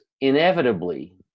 inevitably